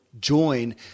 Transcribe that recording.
join